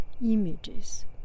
images